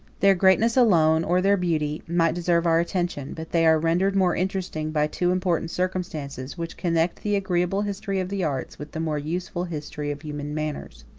their greatness alone, or their beauty, might deserve our attention but they are rendered more interesting, by two important circumstances, which connect the agreeable history of the arts with the more useful history of human manners.